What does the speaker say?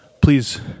please